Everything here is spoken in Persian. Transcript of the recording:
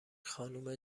خانومه